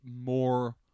more